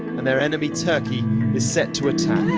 and their enemy, turkey, is set to attack